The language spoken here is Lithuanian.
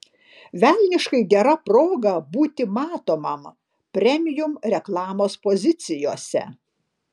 velniškai gera proga būti matomam premium reklamos pozicijose